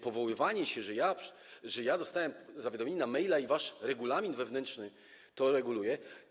Powoływanie się na to, że dostałem zawiadomienie na maila i wasz regulamin wewnętrzny to reguluje.